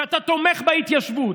שאתה תומך בהתיישבות,